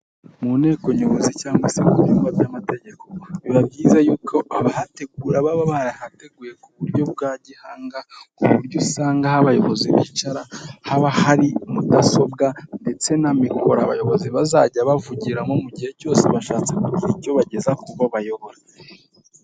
Mu nteko nyobozi cyangwa se mu byumba by'amategeko, biba byiza yuko abahategura baba barahateguye ku buryo bwa gihanga, ku buryo usanga aho abayobozi bicara haba hari mudasobwa ndetse n'amikoro abayobozi bazajya bavugiramo mu gihe cyose bashatse kugira icyo bageza ku bo bayobora.